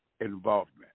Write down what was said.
involvement